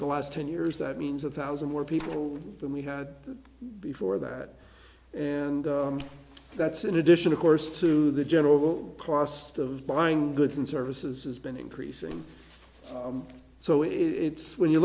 the last ten years that means a thousand more people than we had before that and that's in addition of course to the general the cost of buying goods and services has been increasing so it's when you